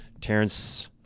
Terrence